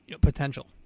potential